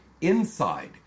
INSIDE